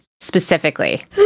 specifically